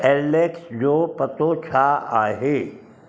Alex जो पतो छा आहे